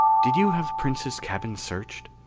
did you have princes' cabin searched?